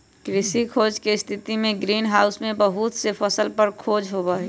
कृषि खोज के स्थितिमें ग्रीन हाउस में बहुत से फसल पर खोज होबा हई